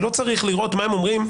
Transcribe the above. ולא צריך לראות מה הם אומרים.